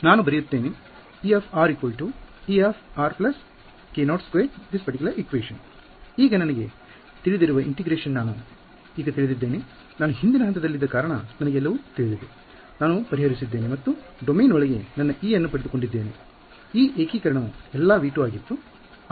ನಾನು ಬರೆಯುತ್ತೇನೆ E Ei k02 ∫ gr r′χr′Er′dr′ ಈಗಈ ಅವಿಭಾಜ್ಯಗಳನ್ನು ನಾನು ಈಗ ತಿಳಿದಿದ್ದೇನೆ ಆಗಲೆ ಹಿಂದಿನ ಹಂತದಲ್ಲಿ ನಾನು ಪರಿಹರಿಸಿದ್ದೇನೆ ಮತ್ತು ಡೊಮೇನ್ ಒಳಗೆ E ಅನ್ನು ಪಡೆದುಕೊಂಡಿದ್ದೇನೆ ಆದ ಕಾರಣ ನನಗೆ ಎಲ್ಲವೂ ತಿಳಿದಿದೆಈ ಏಕೀಕರಣವು ಎಲ್ಲಾ V2 ಆಗಿತ್ತು